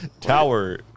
Tower